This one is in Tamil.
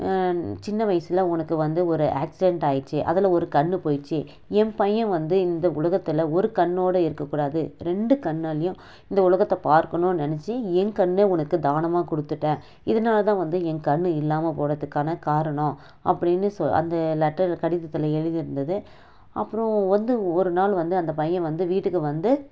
சின்ன வயசில் உனக்கு வந்து ஒரு ஆக்சிடென்ட் ஆகிடுச்சி அதில் ஒரு கண் போயிடுச்சு என் பையன் வந்து இந்த உலகத்தில் ஒரு கண்ணோடு இருக்கக்கூடாது ரெண்டு கண்ணாலேயும் இந்த உலகத்தை பார்க்கணும்னு நினச்சி என் கண்ணை உனக்கு தானமாக கொடுத்துட்டேன் இதனால் வந்து என் கண் இல்லாமல் போனதுக்கான காரணம் அப்படின்னு அந்த லட்டரில் கடிதத்தில் எழுதி இருந்தது அப்புறம் வந்து ஒரு நாள் வந்து அந்த பையன் வந்து வீட்டுக்கு வந்து